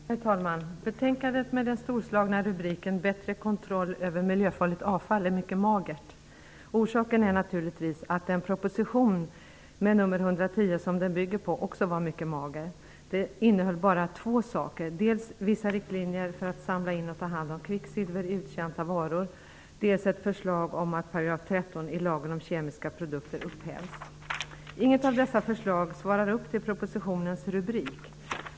Herr talman! Betänkandet med den storslagna rubriken Bättre kontroll över miljöfarligt avfall är mycket magert. Orsaken är naturligtvis att den proposition, med nummer 110, som den bygger på, också var mycket mager. Den innehöll bara två saker; dels vissa riktlinjer för att samla in och ta hand om kvicksilver i uttjänta varor, dels ett förslag om att 13 § i lagen om kemiska produkter upphävs. Inget av dessa förslag svarar upp till propositionens rubrik.